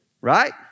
Right